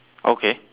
okay